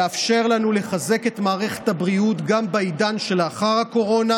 לחזק את מערכת הבריאות גם בעידן שלאחר הקורונה,